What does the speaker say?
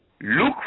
Look